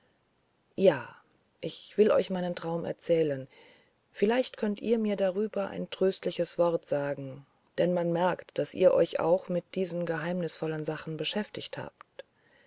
ja ich will euch meinen traum erzählen vielleicht könnt ihr mir darüber ein tröstliches wort sagen denn man merkt daß ihr euch auch mit diesen geheimnisvollen sachen beschäftigt habt